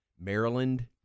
Maryland